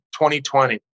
2020